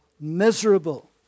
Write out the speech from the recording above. miserable